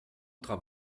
travail